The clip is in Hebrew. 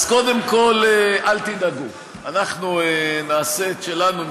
אז קודם כול, אל תדאגו, אנחנו נעשה את שלנו.